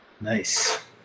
Nice